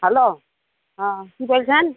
hello ও কী বলছেন